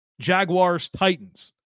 Jaguars-Titans